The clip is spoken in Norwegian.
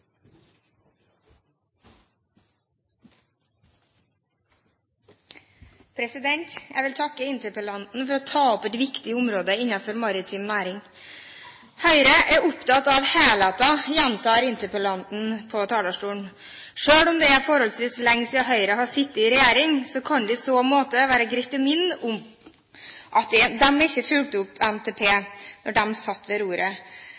Jeg vil takke interpellanten for å ta opp et viktig område innenfor maritim næring. Høyre er opptatt av helhet, gjentar interpellanten på talerstolen. Selv om det er forholdsvis lenge siden Høyre har sittet i regjering, kan det i så måte være greit å minne om at de ikke fulgte opp NTP da de satt ved